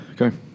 Okay